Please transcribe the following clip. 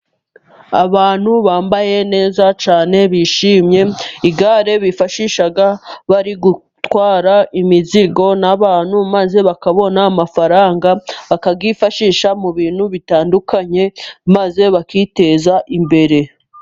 Abantu bambaye neza cyane bishimye, igare bifashisha bari gutwara imizigo n'abantu maze bakabona amafaranga, bakayifashisha mu bintu bitandukanye maze bakiteza imbere.